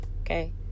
Okay